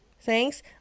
Thanks